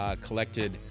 collected